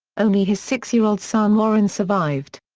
only his six-year-old son warren survived.